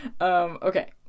Okay